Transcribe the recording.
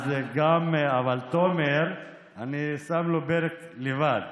אבל תומר, אני שם לו פרק לבד.